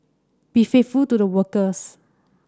be faithful to the workers